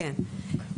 כן.